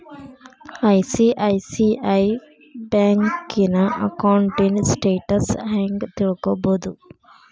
ICICI ಬ್ಯಂಕಿನ ಅಕೌಂಟಿನ್ status ಹೆಂಗ್ ತಿಳ್ಕೊಬೊದು?